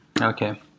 Okay